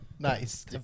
Nice